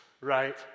right